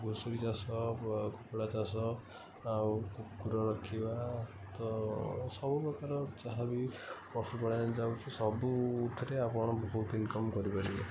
ଘୁଷୁରି ଚାଷ କୁକୁଡ଼ା ଚାଷ ଆଉ କୁକୁର ରଖିବା ତ ସବୁପ୍ରକାର ଯାହାବି ପଶୁ ପାଳନ ଯାଉଛି ସବୁଥିରେ ଆପଣ ବହୁତ ଇନ୍କମ୍ କରିପାରିବେ